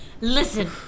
Listen